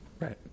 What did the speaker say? right